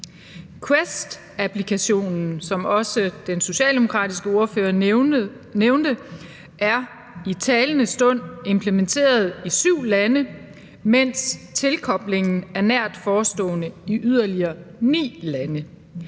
QUEST-applikationen, som også den socialdemokratiske ordfører nævnte, er i talende stund implementeret i syv lande, mens tilkoblingen er nært forestående i yderligere ni lande.